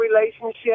relationship